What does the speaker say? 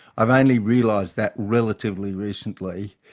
i've only realised that relatively recently.